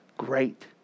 great